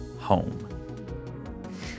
home